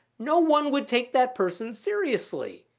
no one would take that person seriously.